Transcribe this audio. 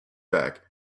back